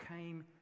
came